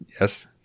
Yes